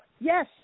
Yes